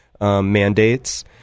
mandates